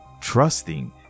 Trusting